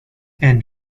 and